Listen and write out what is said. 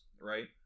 right